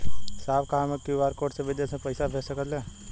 साहब का हम क्यू.आर कोड से बिदेश में भी पैसा भेज सकेला?